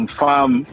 farm